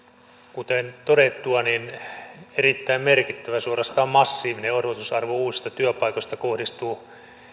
kuten todettua niin erittäin merkittävä suorastaan massiivinen odotusarvo uusista työpaikoista kohdistuu